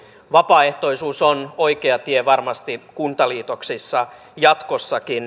vapaaehtoisuus on oikea tie varmasti kuntaliitoksissa jatkossakin